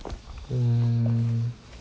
mm